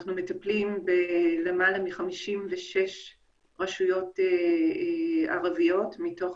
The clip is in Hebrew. אנחנו מטפלים בלמעלה מ-56 רשויות ערביות מתוך,